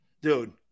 dude